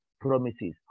promises